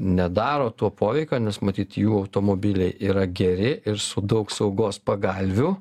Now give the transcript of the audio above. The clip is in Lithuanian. nedaro to poveikio nes matyt jų automobiliai yra geri ir su daug saugos pagalvių